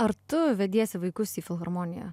ar tu vediesi vaikus į filharmoniją